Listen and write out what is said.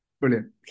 brilliant